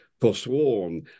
forsworn